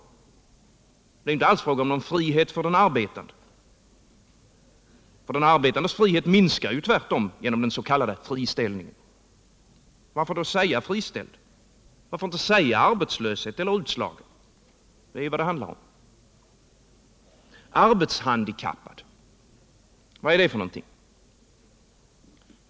Det är ju inte alls fråga om frihet för den arbetande. Den arbetandes frihet minskar tvärtom genom den s.k. friställningen. Varför då säga friställd? Varför inte säga arbetslös eller utslagen? Det är ju vad det handlar om. Arbetshandikappad? Vad är det för någonting?